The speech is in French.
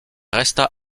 resta